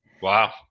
wow